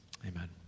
amen